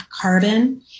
carbon